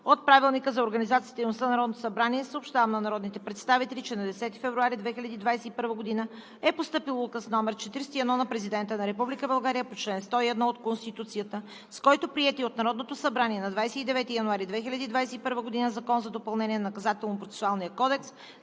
на Народното събрание съобщавам на народните представители, че на 10 февруари 2021 г. е постъпил Указ № 41 на Президента на Република България по чл. 101 от Конституцията, с който приетият от Народното събрание на 29 януари 2021 г. Закон за допълнение на Наказателно-процесуалния кодекс